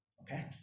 okay